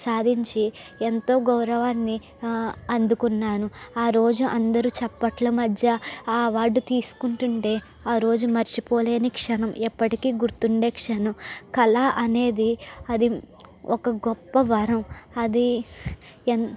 సాధించి ఎంతో గౌరవాన్ని అందుకున్నాను ఆ రోజు అందరు చప్పట్ల మధ్య ఆ అవార్డు తీసుకుంటుంటే ఆ రోజు మర్చిపోలేని క్షణం ఎప్పటికీ గుర్తుండే క్షణం కళ అనేది అది ఒక గొప్ప వరం అది ఎం